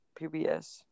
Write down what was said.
PBS